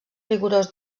rigorós